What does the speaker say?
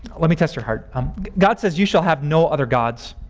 let me test your heart um god says you shall have no other gods.